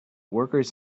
workers